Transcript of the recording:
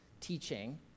teaching